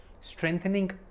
strengthening